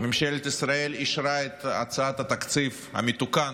ממשלת ישראל אישרה את הצעת התקציב המתוקן